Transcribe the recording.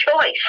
choice